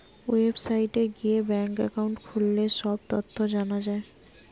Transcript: ওয়েবসাইটে গিয়ে bank account খুললে সব তথ্য জানা যায়